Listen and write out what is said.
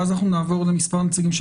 ואז אנחנו נעבור למספר נציגים של